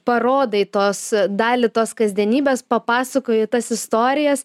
parodai tos dalį tos kasdienybės papasakoji tas istorijas